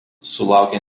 sulaukė